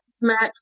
match